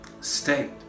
state